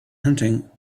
hunting